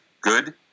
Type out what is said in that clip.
good